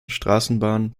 straßenbahn